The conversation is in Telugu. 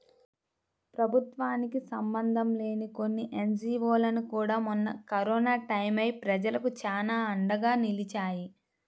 ప్రభుత్వానికి సంబంధం లేని కొన్ని ఎన్జీవోలు కూడా మొన్న కరోనా టైయ్యం ప్రజలకు చానా అండగా నిలిచాయి